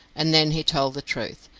and then he told the truth,